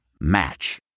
Match